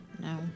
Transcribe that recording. No